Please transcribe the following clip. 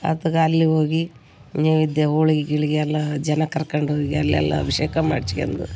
ಆತ್ಗ ಅಲ್ಲಿ ಹೋಗಿ ನೈವೆದ್ಯ ಹೋಳಿಗೆ ಗೀಳಿಗೆ ಎಲ್ಲ ಜನ ಕರ್ಕಂಡೋಗಿ ಅಲ್ಲೆಲ್ಲ ಅಭಿಷೇಕ ಮಾಡಿಸ್ಕೊಂಡು